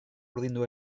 urdindu